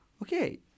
okay